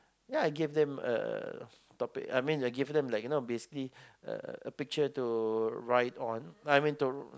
ya I gave them a topic I mean I gave them like you know basically a picture to write on uh I mean to